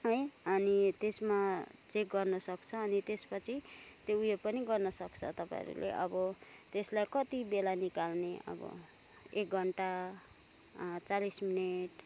है अनि त्यसमा चेक गर्न सक्छ अनि त्यसपछि त्यो उयो पनि गर्न सक्छ तपाईँहरूले अब त्यसलाई कति बेला निकाल्ने अब एक घन्टा चालिस मिनट